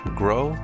grow